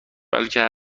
بلکه